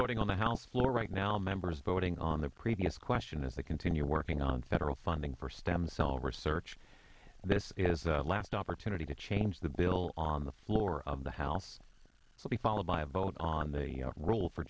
voting on the house floor right now members voting on the previous question as they continue working on federal funding for stem cell research and this is the last opportunity to change the bill on the floor of the house will be followed by a vote on the role for